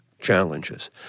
challenges